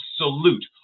absolute